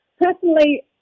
personally